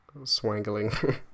Swangling